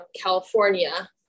California